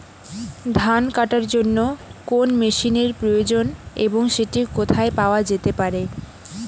ধান কাটার জন্য কোন মেশিনের প্রয়োজন এবং সেটি কোথায় পাওয়া যেতে পারে?